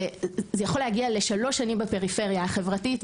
וזה יכול להגיע לשלוש שנים בפריפריה החברתית,